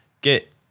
get